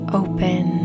open